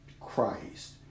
Christ